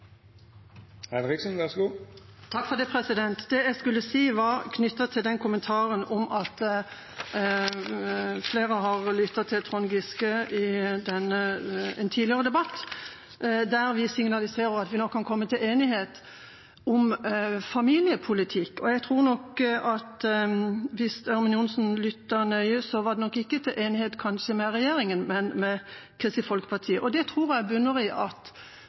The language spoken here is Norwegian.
Det jeg skulle si, var knyttet til kommentaren om at flere hadde lyttet til representanten Trond Giske i en tidligere debatt, der vi signaliserte at vi nå kunne komme til enighet om familiepolitikk. Jeg tror at hvis representanten Ørmen Johnsen hadde lyttet nøye, hadde hun nok ikke hørt enighet med regjeringa, men med Kristelig Folkeparti. Det tror jeg bunner i at